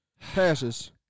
passes